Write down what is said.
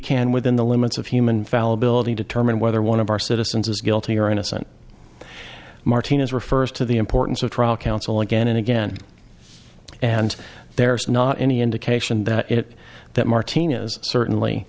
can within the limits of human fallibility determine whether one of our citizens is guilty or innocent martinez refers to the importance of trial counsel again and again and there's not any indication that it that martina's certainly